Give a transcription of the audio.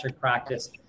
practice